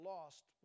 Lost